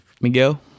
miguel